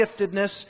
giftedness